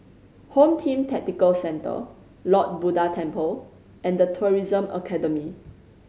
Home Team Tactical Centre Lord Buddha Temple and The Tourism Academy